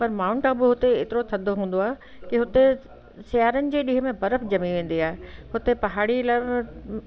पर माउंट आबू हुते हेतिरो थदो हूंदो आहे की हुते सियारनि जे ॾींहं में बर्फ़ जमी वेंदी आहे हुते पहाड़ी इलाइक़ो